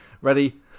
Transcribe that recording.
Ready